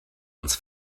uns